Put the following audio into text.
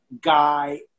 guy